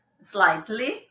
slightly